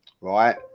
right